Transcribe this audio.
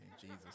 Jesus